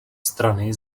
strany